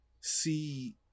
see